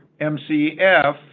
MCF